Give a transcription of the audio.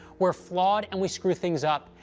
we're flawed, and we screw things up,